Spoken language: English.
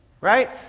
right